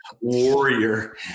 warrior